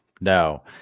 No